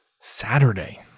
Saturday